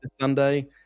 sunday